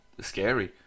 scary